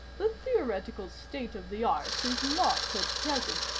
the theoretical state of the art is not, at present,